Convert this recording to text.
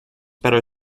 better